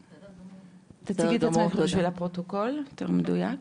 תציגי את עצמך לפרוטוקול יותר מדויק.